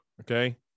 okay